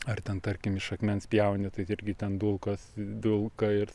ar ten tarkim iš akmens pjauni tai irgi ten dulkas dulka ir